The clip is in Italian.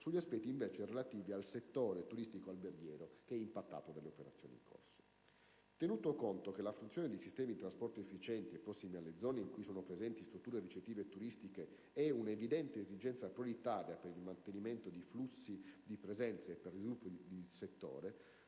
sugli aspetti relativi al settore turistico-alberghiero, che ha subito l'impatto delle operazioni in corso. Tenuto conto che la fruizione di sistemi di trasporto efficienti e prossimi alle zone in cui sono presenti strutture ricettive turistiche è una evidente esigenza prioritaria per il mantenimento dei flussi di presenze e per lo sviluppo del settore,